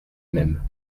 même